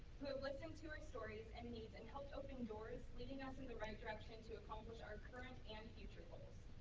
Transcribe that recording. who have listened to our stories and needs and helped open doors, leading us in the right direction to accomplish our current and future goals.